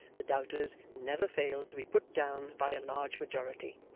the doubters never failed to be put down by a large majority,